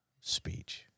speech